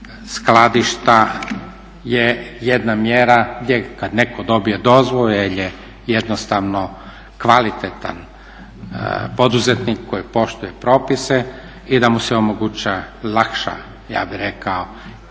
skladišta je jedna mjera gdje kad netko dobije dozvolu je jednostavno kvalitetan poduzetnik koji poštuje propise i da mu se omogućuje lakša ja bih rekao